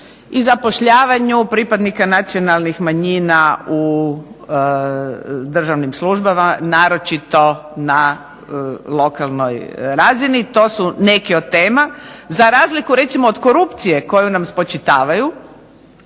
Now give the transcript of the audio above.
i zapošljavanju pripadnika nacionalnih manjina u državnim službama, naročito na lokalnoj razini. To su neke od tema. Za razliku recimo od korupcije koju nam spočitavaju